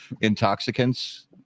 intoxicants